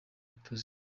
tuziranye